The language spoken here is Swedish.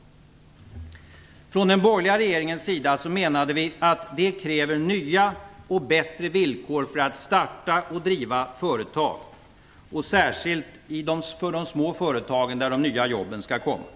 Från den borgerliga regeringens sida menade vi att det kräver nya och bättre villkor för att starta och driva företag. Det gäller särskilt för de små företagen, där de nya jobben skall komma.